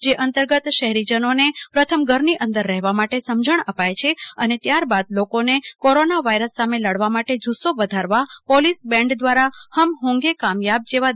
જે અંતર્ગત શહેરીજનોને પ્રથમ ઘરની અંદર રહેવા માટે સમજણ અપાય છે અને ત્યારબાદ લોકોને કોરોના વાયરસ સામે લડવા માટે જૂસ્સો વધારવા પોલીસ બેન્ડ દ્વારા હમ હોંગે કામયાબ વધારવામાં આવે છે